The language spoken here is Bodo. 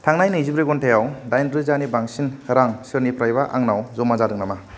थांनाय नैजिब्रै घन्टायाव दाइन रोजानि बांसिन रां सोरनिफ्रायबा आंनाव जमा जादों नामा